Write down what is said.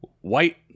white